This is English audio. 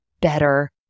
better